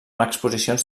exposicions